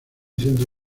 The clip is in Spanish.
centro